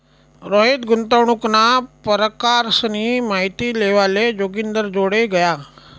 रोहित गुंतवणूकना परकारसनी माहिती लेवाले जोगिंदरजोडे गया